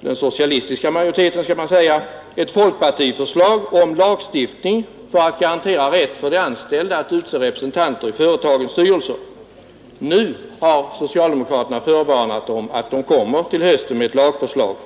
den socialistiska majoriteten här i kammaren ett folkpartiförslag om lagstiftning för att garantera rätt för de anställda att utse representanter i företagens styrelser. Nu har socialdemokraterna förvarnat om att de till hösten kommer med ett lagförslag.